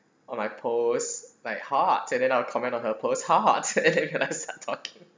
on my posts like hot and then I'll comment on her post hot and then start talking